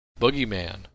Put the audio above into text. Boogeyman